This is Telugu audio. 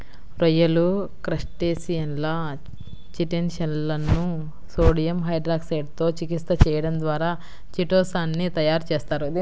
రొయ్యలు, క్రస్టేసియన్ల చిటిన్ షెల్లను సోడియం హైడ్రాక్సైడ్ తో చికిత్స చేయడం ద్వారా చిటో సాన్ ని తయారు చేస్తారు